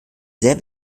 sehr